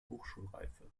hochschulreife